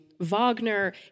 Wagner